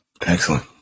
Excellent